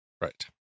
right